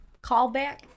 Callback